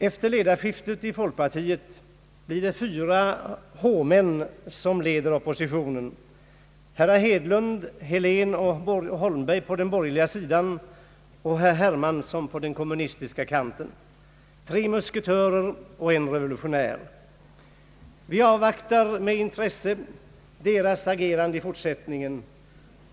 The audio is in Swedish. Efter ledarskiftet i folkpartiet blir det fyra H-män som leder oppositionen — herrar Hedlund, Helén och Holmberg på den borgerliga sidan och herr Hermansson på den kommunistiska kanten, tre musketörer och en revolutionär. Vi avvaktar med intresse deras agerande i fortsättningen.